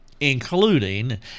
including